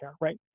right